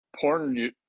porn